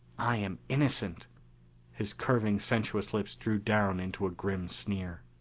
i am innocent his curving sensuous lips drew down into a grim sneer.